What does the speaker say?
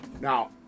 Now